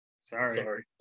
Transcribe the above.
Sorry